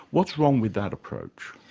what's wrong with that approach?